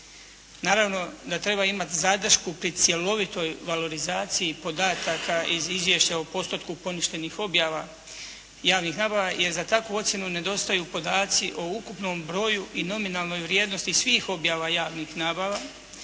Naravno da treba imati zadršku pri cjelovitoj valorizaciji podataka iz izvješća o postotku poništenih objava javnih nabava jer za takvu ocjenu nedostaju podaci o ukupnom broju i nominalnoj vrijednosti svih objava javnih nabava,